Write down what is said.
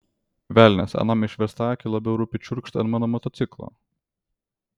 velnias anam išverstakiui labiau rūpi čiurkšt ant mano motociklo